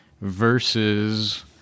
versus